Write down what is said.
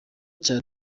cya